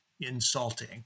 insulting